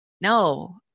No